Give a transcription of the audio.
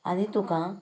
आनी तुका